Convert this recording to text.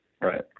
Right